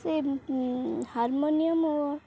ସେ ହାରମୋନିୟମ୍ ଓ